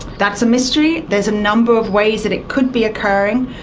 that's a mystery. there's a number of ways that it could be occurring,